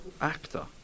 Actor